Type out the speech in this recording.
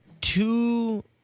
two